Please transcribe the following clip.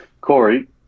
Corey